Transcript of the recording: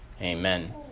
Amen